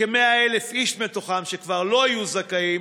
לכ-100,000 איש מתוכם שכבר לא יהיו זכאים,